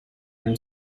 him